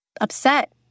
upset